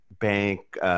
bank